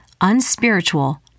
unspiritual